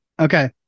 Okay